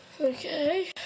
Okay